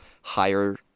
higher